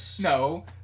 No